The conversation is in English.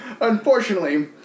Unfortunately